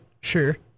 Sure